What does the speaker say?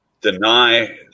deny